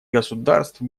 государств